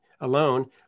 alone